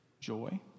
joy